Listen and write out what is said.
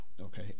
Okay